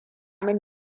min